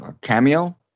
Cameo